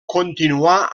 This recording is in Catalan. continuà